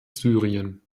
syrien